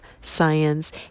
science